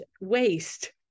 waste